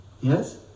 Yes